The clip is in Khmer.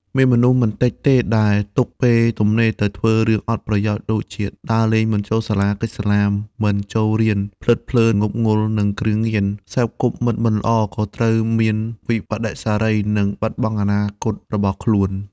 មានមនុស្សមិនតិចទេដែលទុកពេលទំនេរទៅធ្វើរឿងអត់ប្រយោជន៍ ដូចជា ដើរលេងមិនចូលសាលា គេចសាលា មិនចូលរៀន ភ្លើតភ្លើនងប់ងុលនឹងគ្រឿងញៀន សេពគប់មិត្តមិនល្អក៏ត្រូវមានវិប្បដិសារី និងបាត់បង់អនាគតរបស់ខ្លួន ។